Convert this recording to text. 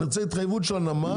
אני רוצה התחייבות של הנמל,